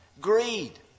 greed